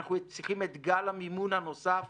אנחנו צריכים את גל המימון הנוסף